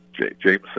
Jameson